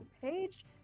Page